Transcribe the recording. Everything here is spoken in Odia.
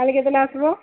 କାଲି କେତେବେଳେ ଆସିବ